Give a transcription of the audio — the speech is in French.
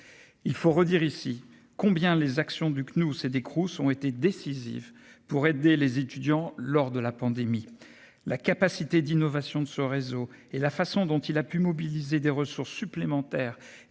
Il faut redire ici combien les actions du que nous c'est des Crous ont été décisive pour aider les étudiants lors de la pandémie, la capacité d'innovation de ce réseau et la façon dont il a pu mobiliser des ressources supplémentaires